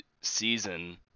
season